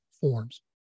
forms